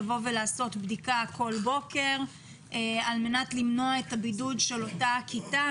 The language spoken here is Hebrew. לבוא ולעשות בדיקה כל בוקר על מנת למנוע את הבידוד של אותה כיתה.